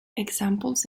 examples